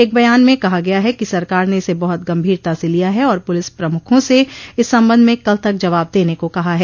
एक बयान में कहा गया है कि सरकार ने इसे बहुत गंभीरता से लिया है और पुलिस प्रमुखों से इस संबंध में कल तक जवाब देने को कहा है